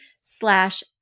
slash